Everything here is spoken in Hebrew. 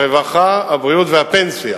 הרווחה, הבריאות והפנסיה.